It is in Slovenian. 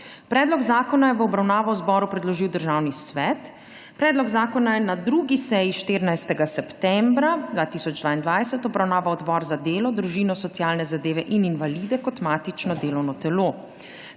Predlog zakona je v obravnavo zboru predložil Državni svet. Predlog zakona je na 2. seji 14. septembra 2022 obravnaval Odbor za delo, družino, socialne zadeve in invalide kot matično delovno telo.